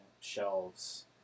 shelves